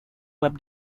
web